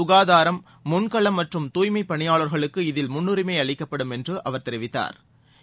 சுகாதாரம்முன்களம் மற்றும் தூய்மைபணியாளர்களுக்கு இதில் முன்னுரிமைஅளிக்கப்படும் என்றுஅவர் தெரிவித்தாா்